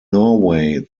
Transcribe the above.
norway